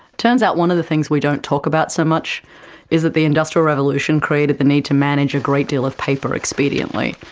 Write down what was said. turns one of the things we don't talk about so much is that the industrial revolution created the need to manage a great deal of paper expediently.